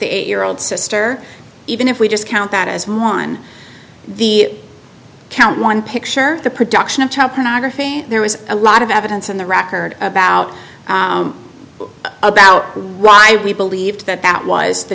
the eight year old sister even if we just count that as much on the count one picture the production of child pornography there was a lot of evidence in the record about about why we believed that that was the